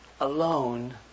alone